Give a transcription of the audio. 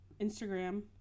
Instagram